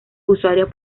usuarios